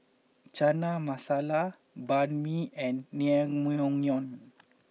Chana Masala Banh Mi and Naengmyeon